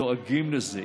דואגים לזה,